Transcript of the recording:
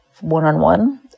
one-on-one